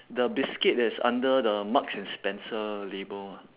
the biscuit that is under the marks and spencer label